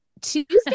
Tuesday